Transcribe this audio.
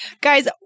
guys